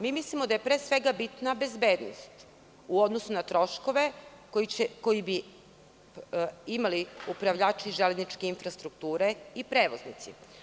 Mi mislimo da je pre svega bitna bezbednost, u odnosu na troškove koji bi imali upravljači železničke infrastrukture i prevoznici.